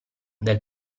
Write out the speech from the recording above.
del